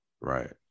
right